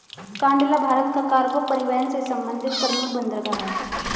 कांडला भारत का कार्गो परिवहन से संबंधित प्रमुख बंदरगाह है